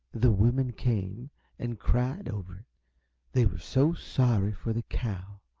the women came and cried over it they were so sorry for the cow.